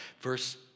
Verse